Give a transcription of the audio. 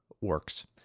works